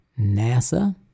NASA